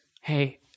Hey